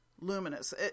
luminous